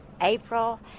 April